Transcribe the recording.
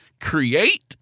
create